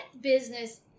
business